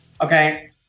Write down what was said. Okay